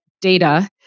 data